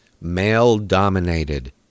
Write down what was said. male-dominated